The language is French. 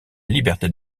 liberté